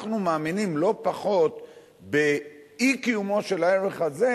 אנחנו מאמינים לא פחות באי-קיומו של הערך הזה,